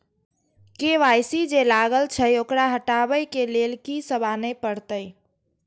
KYC जे लागल छै ओकरा हटाबै के लैल की सब आने परतै?